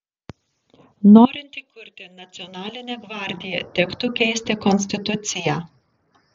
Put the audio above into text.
norint įkurti nacionalinę gvardiją tektų keisti konstituciją